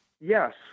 yes